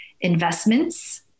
Investments